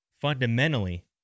fundamentally